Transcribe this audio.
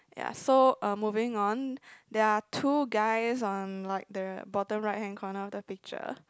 ya so uh moving on there are two guys on like the bottom right hand corner of the picture